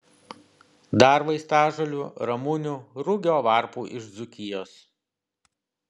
dar vaistažolių ramunių rugio varpų iš dzūkijos